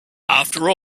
after